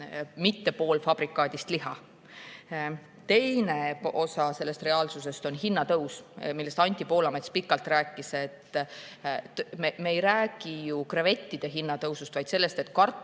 mittepoolfabrikaadist liha. Teine osa reaalsusest on hinnatõus, millest Anti Poolamets pikalt rääkis. Ja me ei räägi ju krevettide hinna tõusust, vaid sellest, et kartuli